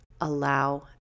allow